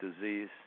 disease